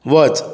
वच